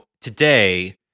today